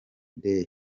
day